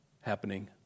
happening